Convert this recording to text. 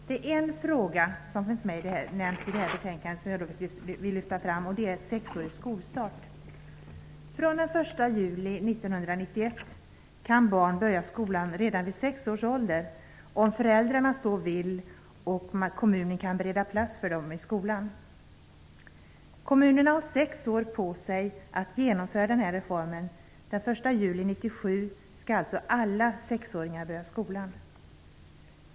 Det finns en fråga som nämns i detta betänkande som jag vill lyfta fram, och det är skolstart vid sex år. Efter den 1 juli 1991 kan barn börja skolan redan vid sex års ålder om föräldrarna så vill och kommunen kan bereda plats för dem i skolan. Kommunerna har sex år på sig att genomföra denna reform. Den 1 juli 1997 skall alltså alla sexåringar börja skolan.